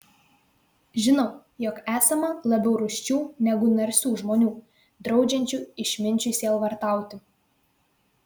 žinau jog esama labiau rūsčių negu narsių žmonių draudžiančių išminčiui sielvartauti